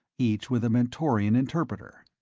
each with a mentorian interpreter.